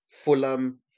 Fulham